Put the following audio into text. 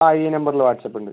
ആ ഈ നമ്പറിൽ വാട്സ്ആപ്പ് ഉണ്ട്